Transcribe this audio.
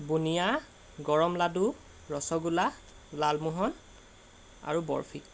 বুনিয়া গৰম লাডু ৰসগোলা লালমোহন আৰু বৰফি